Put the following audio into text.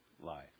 life